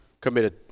committed